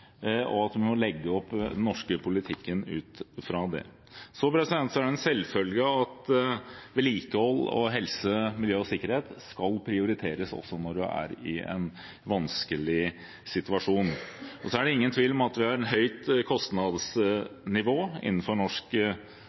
og at vi må legge opp den norske politikken ut fra det. Så er det en selvfølge at vedlikehold og helse, miljø og sikkerhet skal prioriteres også når vi er i en vanskelig situasjon. Det er ingen tvil om at vi har et høyt kostnadsnivå innenfor norsk